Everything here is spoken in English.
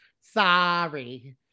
sorry